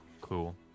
Cool